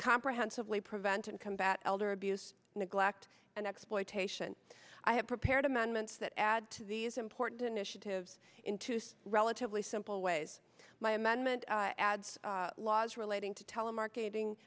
comprehensively prevent and combat elder abuse neglect and exploitation i have prepared amendments that add to these important initiatives into relatively simple ways my amendment adds laws relating to telemarketing